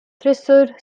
thrissur